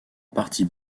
partie